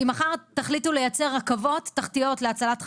אם מחר תחליטו לייצר רכבות תחתיות להצלת חיים,